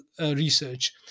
research